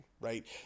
Right